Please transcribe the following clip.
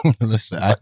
Listen